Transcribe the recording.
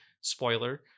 spoiler